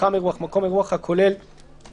"מתחם אירוח" מקום אירוח הכולל לפחות